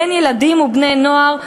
בין ילדים ובין בני-נוער,